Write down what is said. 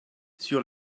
sur